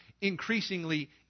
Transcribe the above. increasingly